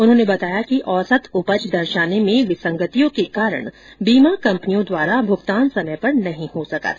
उन्होंने बताया कि औसत उपज दर्शाने में विसंगतियों के कारण बीमा कम्पनियों द्वारा भुगतान समय पर नहीं हो सका था